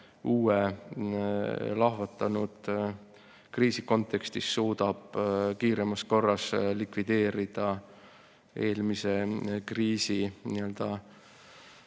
uue, lahvatanud kriisi kontekstis suudab kiiremas korras likvideerida eelmise kriisi ja